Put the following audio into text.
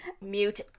Mute